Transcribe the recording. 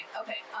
okay